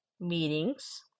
meetings